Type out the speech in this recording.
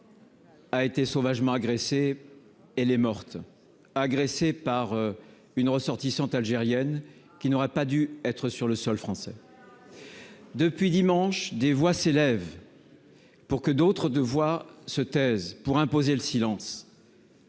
A été sauvagement agressé et les morte agressée par une ressortissante algérienne qui n'aurait pas dû être sur le sol français depuis dimanche, des voix s'élèvent pour que d'autres, de voir se taisent pour imposer le silence.